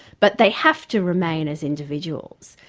but they have to remain as individuals.